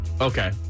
Okay